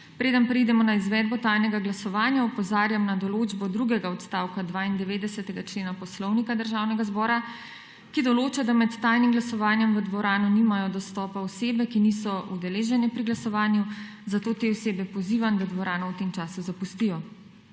Preden preidemo na izvedbo tajnega glasovanja opozarjam na določbo drugega odstavka 92. člena Poslovnika Državnega zbora, ki določa, da med tajnim glasovanjem v dvorano nimajo dostopa osebe, ki niso udeležene pri glasovanju, zato te osebe pozivam, da dvorano v tem času zapustijo.